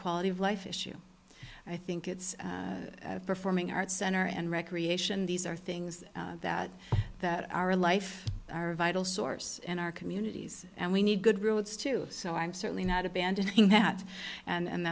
quality of life issue i think it's performing arts center and recreation these are things that that are life vital source in our communities and we need good roads to so i'm certainly not abandoning that and